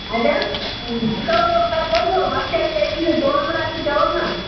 اَتہِ حظ سُہ کَرو حظ کَنفرم اَسہ چھِ اَتہِ ایٚکچُلی ٹورَنمٹ اَسہِ چَلان نا